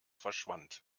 verschwand